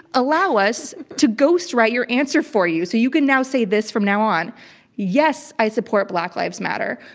allow us to ghostwrite your answer for you. so, you can now say this from now on yes, i support black lives matter.